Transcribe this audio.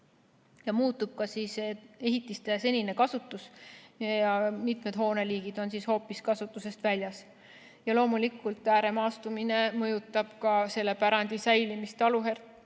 Muutub ka ehitiste senine kasutus ja mitmed hooneliigid on hoopis kasutusest väljas. Ja loomulikult ääremaastumine mõjutab ka selle pärandi säilimist.